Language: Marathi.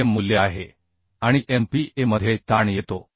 चे मूल्य आहे आणि MPa मध्ये ताण येतो